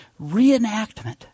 reenactment